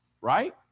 right